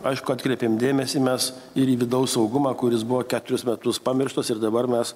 aišku atkreipėm dėmesį mes ir į vidaus saugumą kuris buvo keturis metus pamirštas ir dabar mes